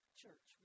church